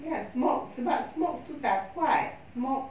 ya smoke sebab smoke itu tak kuat smoke